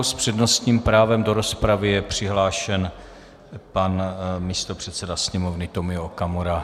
S přednostním právem do rozpravy je přihlášen pan místopředseda Sněmovny Tomio Okamura.